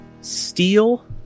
Steel